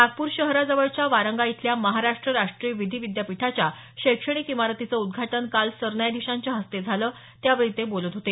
नागपूर शहराजवळच्या वारंगा इथल्या महाराष्ट राष्टीय विधी विद्यापीठाच्या शैक्षणिक इमारतीचं उद्घाटन काल सरन्यायाधीशांच्या हस्ते झालं त्यावेळी ते बोलत होते